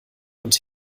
und